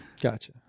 Gotcha